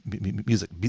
music